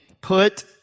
put